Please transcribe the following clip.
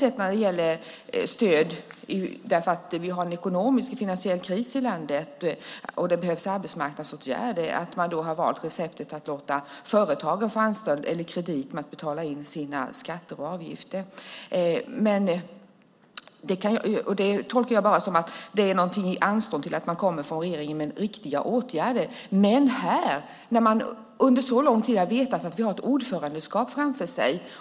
På grund av att vi har en ekonomisk och finansiell kris i landet och det behövs arbetsmarknadsåtgärder har regeringen när det gäller stöd valt receptet att låta företagen få anstånd med att betala in sina skatter och avgifter. Det tolkar jag bara som så att säga anstånd från regeringen med att komma med riktiga åtgärder. Men i detta sammanhang har man under lång tid vetat att man har ett ordförandeskap framför sig.